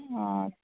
हा